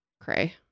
cray